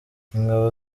ingabo